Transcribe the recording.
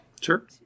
Sure